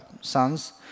sons